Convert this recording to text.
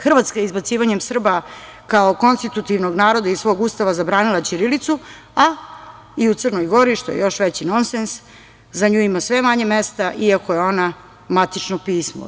Hrvatska izbacivanjem Srba kao konstitutivnog naroda iz svog Ustava zabranila ćirilicu, a i u Crnoj Gori, što još veći nonsens za nju ima sve manje mesta iako je ona matično pismo.